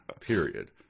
period